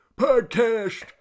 podcast